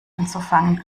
anzufangen